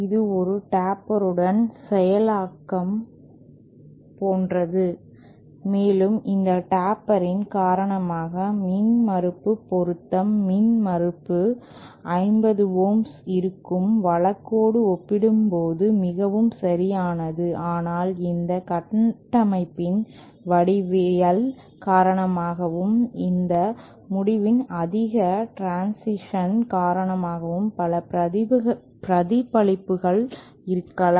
இது ஒரு டேப்பர்டு செயலாக்கம் போன்றது மேலும் இந்த டேப்பரின் காரணமாக மின்மறுப்பு பொருத்தம் மின்மறுப்பு 50 ஓம்ஸ் இருக்கும் வழக்கோடு ஒப்பிடும்போது மிகவும் சரியானது ஆனால் இந்த கட்டமைப்பின் வடிவியல் காரணமாகவும் இந்த முடிவின் அதிக டிரன்சிஷன் காரணமாகவும் பல பிரதிபலிப்புகள் இருக்கலாம்